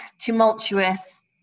tumultuous